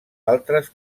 altres